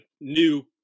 new